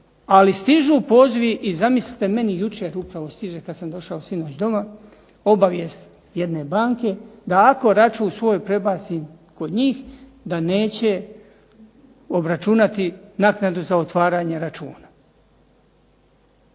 Ali stižu pozivi. I zamislite meni jučer stiže kada sam sinoć došao doma, obavijest jedna banke, da ako račun svoj prebacim kod njih da neće obračunati naknadu za otvaranje računa.